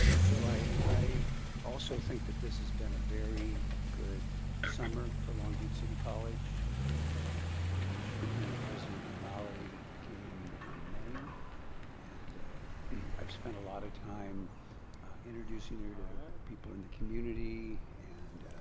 so i i also think that this has been a very good summer for long beach city college that superintendent-president ramali came in may and i've spent a lot of time introducing her to people in the community and